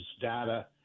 data